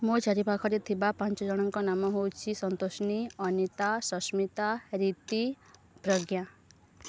ମୋ ଚାରିପାଖରେ ଥିବା ପାଞ୍ଚ ଜଣଙ୍କ ନାମ ହେଉଛି ସନ୍ତୋଷିନୀ ଅନିତା ସସ୍ମିତା ରୀତି ପ୍ରଜ୍ଞା